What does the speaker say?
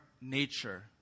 nature